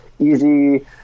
easy